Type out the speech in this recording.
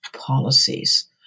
policies